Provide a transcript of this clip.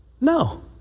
No